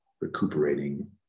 recuperating